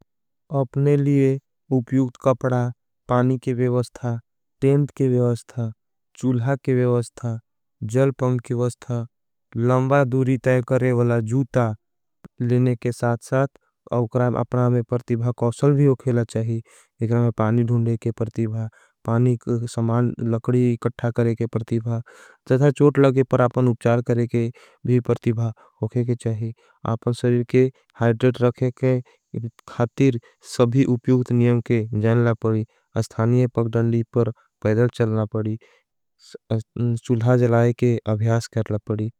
अपने लिए उप्यूगत कपड़ा पानी के विवस्था टेंथ के विवस्था। चुलह के विवस्था जल पंग के विवस्था लंबा धूरी तय करेवला। जूता लेने के साथ साथ अपना में पर्तिभा कौसल भी होखेला। चाही एकरा में पानी ढूंडे के पर्तिभा पानी समाल लकडी कठा। करेके पर्तिभा चथा चोट लगे पर आपन उप्चार करेके भी पर्तिभा। होखे के चाही आपन सरीर के हाईड्रेट रखेके खातीर सभी। उप्यूगत नियम के जैनेला पड़ी अस्थानिय पकडंडी पर पैदल। चलना पड़ी चुलह जलाएके अभ्यास करना पड़ी।